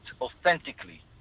authentically